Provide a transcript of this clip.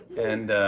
and